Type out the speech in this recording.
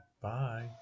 Bye